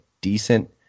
decent –